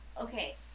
Okay